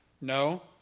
No